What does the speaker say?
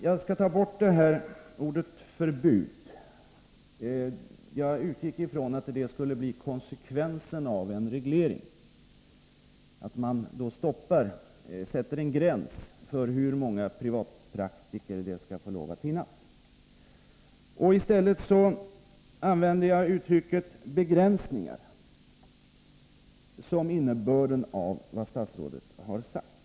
Jag kan nu i stället för ordet ”förbud” — jag utgick ifrån att konsekvensen av en reglering skulle bli att man sätter en gräns för hur många privatpraktiker som skall få lov att finnas — använda uttrycket ”begränsningar” för att sammanfatta innebörden av vad statsrådet har sagt.